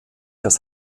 das